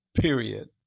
period